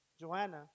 Joanna